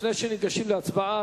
לפני שניגשים להצבעה,